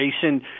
Jason